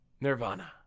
Nirvana